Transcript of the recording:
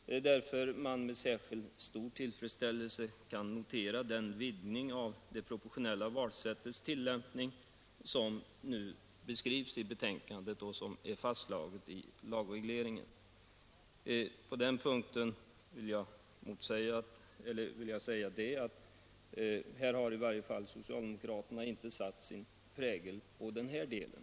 Det är därför man med särskild stor tillfredsställelse kan notera den vidgning av det proportionella valsättets tillämpning som nu beskrivs i betänkandet och som är fastslagen i lagregleringen. Jag vill säga att socialdemokraterna i varje fall inte satt sin prägel på den här delen.